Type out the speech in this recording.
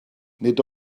nid